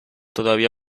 todavía